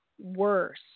worse